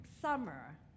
summer